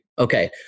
Okay